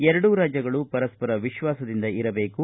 ಎರಡೂ ರಾಜ್ಯಗಳು ಪರಸ್ಪರ ವಿಶ್ವಾಸದಿಂದ ಇರಬೇಕು